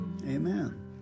Amen